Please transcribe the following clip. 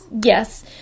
yes